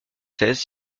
seize